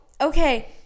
okay